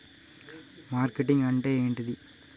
Marketing అంటే ఏంటిది?